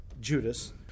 Judas